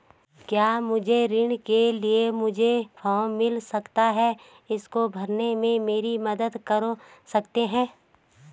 क्या मुझे ऋण के लिए मुझे फार्म मिल सकता है इसको भरने में मेरी मदद कर सकते हो?